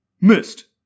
Missed